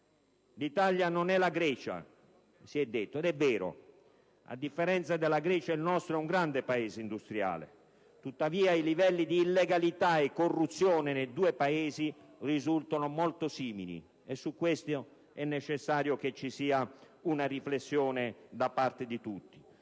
L'Italia non è la Grecia, si è detto ed è vero: a differenza della Grecia, il nostro è un grande Paese industriale. Tuttavia i livelli di illegalità e corruzione nei due Paesi risultano molto simili. E su questo è necessario che ci sia una riflessione da parte di tutti,